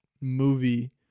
movie